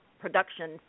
production